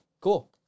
cool